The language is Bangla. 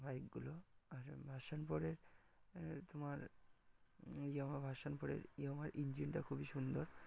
বাইকগুলো আর ভার্সন ফোরে তোমার ইয়ামাহা ভার্সন ফোরের ইয়ামাহার ইঞ্জিনটা খুবই সুন্দর